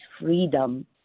freedom